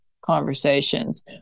conversations